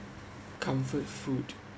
comfort food